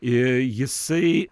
ir jisai